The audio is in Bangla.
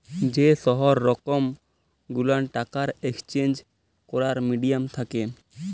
যে সহব রকম গুলান টাকার একেসচেঞ্জ ক্যরার মিডিয়াম থ্যাকে